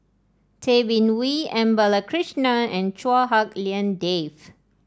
Tay Bin Wee M Balakrishnan and Chua Hak Lien Dave